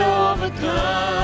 overcome